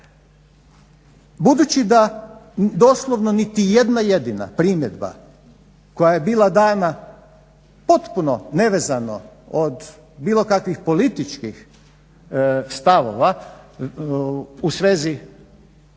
Budući da doslovno niti jedna jedina primjedba koja je bila dana potpuno nevezano od bilo kakvih političkih stavova u svezi prvog